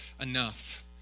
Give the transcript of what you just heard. enough